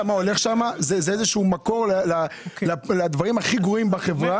שהוא מקור לדברים הכי גרועים בחברה.